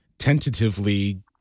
tentatively